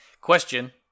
Question